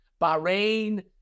Bahrain